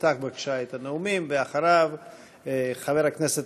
מאת חברי הכנסת